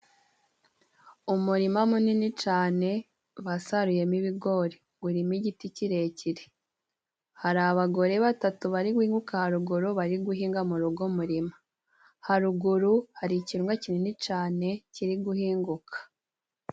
Umurima munini cane basaruyemo ibigori urimo igiti kirekire hari abagore batatu bari guhinguka haruguru bari guhinga mu rugo muririma haruguru hari ikirima kinini cane kiri guhinguka.